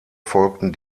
folgten